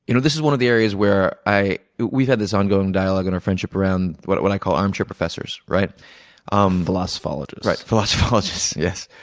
you know this is one of the areas where i we've had this ongoing dialogue in our friendship around what what i call armchair professor. um philosophologist. right. philosophologist. yes.